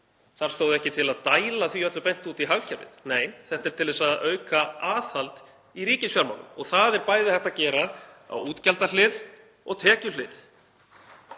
Það stóð ekki til að dæla því öllu beint út í hagkerfið. Nei, þetta er til þess að auka aðhald í ríkisfjármálum og það er bæði hægt að gera á útgjaldahlið og tekjuhlið.